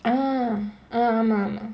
ah ah ஆமா ஆமா:aamaa aamaa